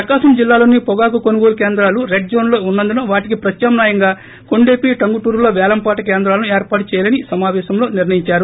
ప్రకాశం జిల్లాలోని పొగాకు కొనుగోలు కేంద్రాలు రెడ్ జోన్ లో ఉన్నందున వాటికి ప్రత్యామ్నాయంగా కొండెపి టంగుటూరుల్లో పేలంపాట కేంద్రాలను ఏర్పాటు చేయాలని సమాపేశంలో నిర్ణయిందారు